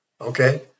Okay